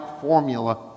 formula